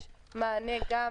יש מענה גם